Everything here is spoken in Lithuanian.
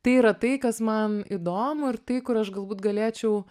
tai yra tai kas man įdomu ir tai kur aš galbūt galėčiau